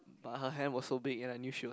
but her hand was so big and I knew she was